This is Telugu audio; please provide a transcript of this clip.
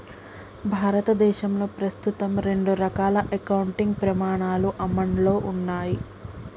భారతదేశంలో ప్రస్తుతం రెండు రకాల అకౌంటింగ్ ప్రమాణాలు అమల్లో ఉన్నయ్